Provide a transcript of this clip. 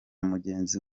mugenzi